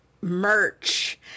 merch